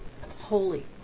holy